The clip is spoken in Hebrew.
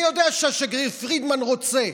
אני יודע שהשגריר פרידמן רוצה.